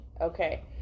Okay